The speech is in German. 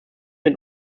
mit